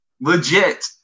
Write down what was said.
Legit